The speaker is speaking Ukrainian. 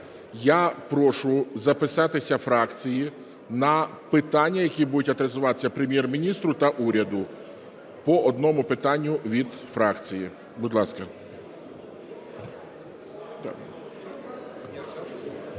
я прошу записатися фракції на питання, які будуть адресуватися Прем’єр-міністру та уряду. По одному питанню від фракції. Будь ласка.